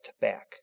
back